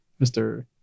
Mr